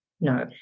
no